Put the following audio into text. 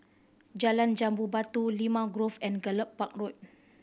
Jalan Jambu Batu Limau Grove and Gallop Park Road